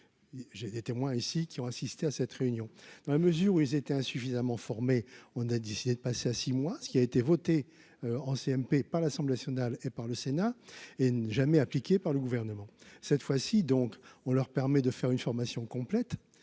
j'ai été témoin ici qui ont assisté à cette réunion, dans la mesure où ils étaient insuffisamment formés, on a décidé de passer à 6 mois ce qui a été voté en CMP par l'Assemblée nationale et par le Sénat et une jamais appliquée par le gouvernement, cette fois-ci, donc on leur permet de faire une formation complète